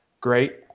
Great